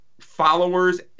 followers